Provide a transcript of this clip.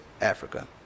Africa